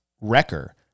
Wrecker